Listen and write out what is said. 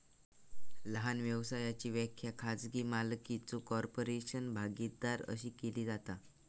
लहान व्यवसायाची व्याख्या खाजगी मालकीचो कॉर्पोरेशन, भागीदारी अशी केली जाता